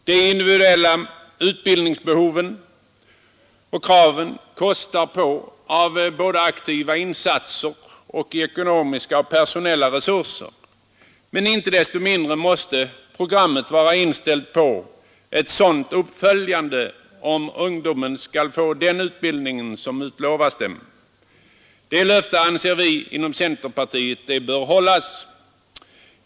De individuella utbildningsbehoven och kraven kostar på både när det gäller aktiva insatser och ekonomiska och personella resurser, men inte desto mindre måste programmet vara inställt på ett uppföljande, om ungdomen skall få den utbildning som den har blivit lovad. Inom centerpartiet anser vi att det löftet bör hållas.